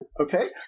Okay